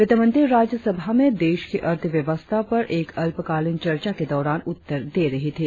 वित्तमंत्री राज्य सभा में देश की अर्थव्यवस्था पर एक अल्पकालीन चर्चा के दौरान उत्तर दे रही थी